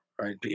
right